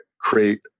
create